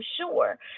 sure